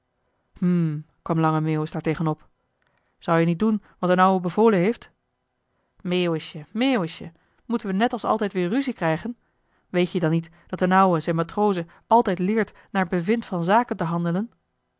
hm kwam lange meeuwis daartegen op zou-je niet doen wat d'n ouwe bevolen heeft meeuwisje meeuwisje moeten we net als altijd weer ruzie krijgen weet-je dan niet dat d'n ouwe zijn matrozen altijd leert naar bevind van zaken te handelen